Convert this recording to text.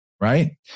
right